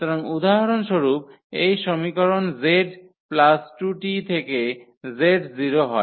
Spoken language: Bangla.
সুতরাং উদাহরণস্বরূপ এই সমীকরণ z প্লাস 2 t থেকে z 0 হয়